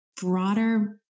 broader